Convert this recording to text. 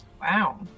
Wow